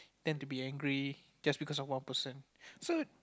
tend to be angry just because of one person so